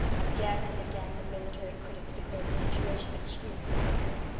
again and again the military critics declared the situation extremely perilous.